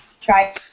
try